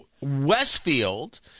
Westfield